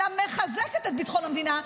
אלא מחזקת את ביטחון המדינה,